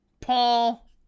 Paul